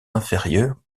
inférieures